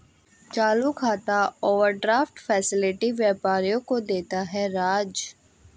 चालू खाता overdraft facility व्यापारियों को देता है राज